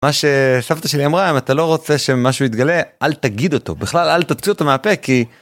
מה שסבתא שלי אמרה אם אתה לא רוצה שמשהו יתגלה אל תגיד אותו בכלל אל תוציא אותו מהפה כי.